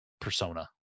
persona